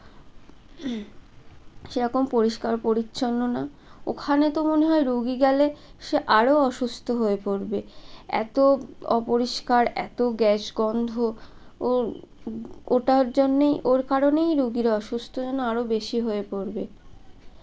সেরকম পরিষ্কার পরিচ্ছন্ন না ওখানে তো মনে হয় রুগী গেলে সে আরো অসুস্থ হয়ে পড়বে এতো অপরিষ্কার এতো গ্যাস গন্ধ ও ওটার জন্যেই ওর কারণেই রুগীর অসুস্থ যেন আরও বেশি হয়ে পড়বে